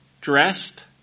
dressed